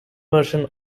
version